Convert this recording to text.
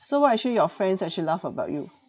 so what actually your friends actually laugh about you